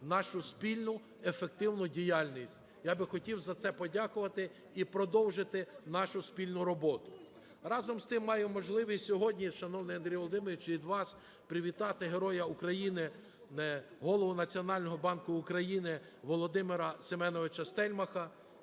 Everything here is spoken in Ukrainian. нашу спільну ефективну діяльність. Я би хотів за це подякувати і продовжити нашу спільну роботу. Разом з тим, маю можливість сьогодні, шановний Андрій Володимирович, від вас привітати Героя України Голову національного банку України Володимира Семеновича Стельмаха,